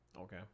Okay